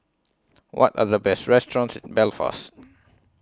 What Are The Best restaurants in Belfast